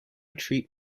treat